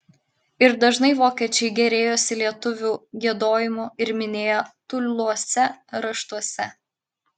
ir dažnai vokiečiai gėrėjosi lietuvių giedojimu ir minėjo tūluose raštuose